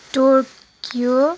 Tokyo